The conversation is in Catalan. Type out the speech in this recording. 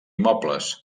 mobles